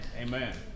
amen